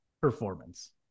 performance